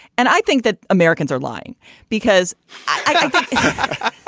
and i think that americans are lying because i i